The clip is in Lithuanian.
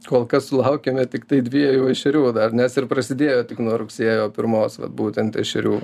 kol kas sulaukėme tiktai dviejų ešerių dar nes ir prasidėjo tik nuo rugsėjo pirmos vat būtent šerių